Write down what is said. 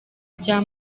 bya